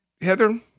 Heather